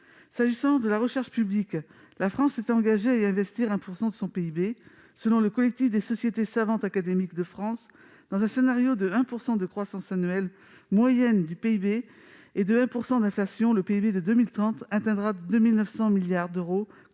nécessaire à la recherche française. » La France s'est engagée à investir 1 % de son PIB dans la recherche publique. Selon le collectif des sociétés savantes académiques de France, dans un scénario de 1 % de croissance annuelle moyenne du PIB et de 1 % d'inflation, le PIB de 2030 atteindra 2 900 milliards d'euros